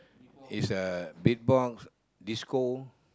is a beatbox disco